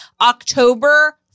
October